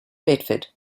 bedford